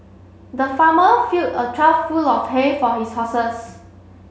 the farmer filled a trough full of hay for his horses